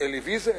אלי ויזל,